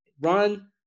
run